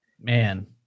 man